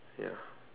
ya